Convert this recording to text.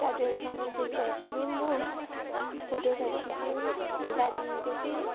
साथीहरूसँग गेम्सहरू खेल्यौँ हो फोटोस्हरू खिच्यौँ अनि त्यहाँदेखिको चाहिँ